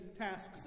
tasks